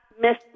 Miss